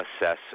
assess